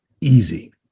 Easy